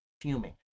fuming